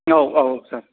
औ औ सार